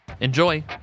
Enjoy